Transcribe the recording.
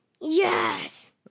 Yes